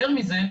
יותר מזה,